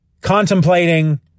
contemplating